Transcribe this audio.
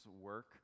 work